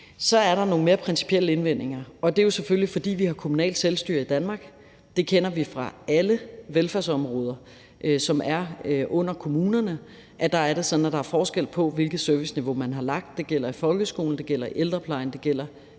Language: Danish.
– er der nogle mere principielle indvendinger, og det er jo selvfølgelig, fordi vi har kommunalt selvstyre i Danmark. Det kender vi fra alle velfærdsområder, som er under kommunerne, hvor det altså er sådan, at der er forskel på, hvilket serviceniveau man har lagt. Det gælder i folkeskolen, det gælder i ældreplejen, og det gælder